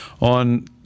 On